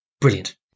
brilliant